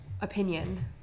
opinion